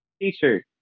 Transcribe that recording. teacher